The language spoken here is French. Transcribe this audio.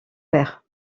père